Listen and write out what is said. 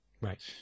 Right